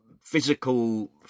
physical